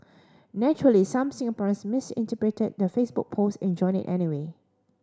naturally some Singaporeans misinterpreted the Facebook post enjoined it anyway